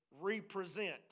represent